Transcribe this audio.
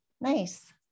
Nice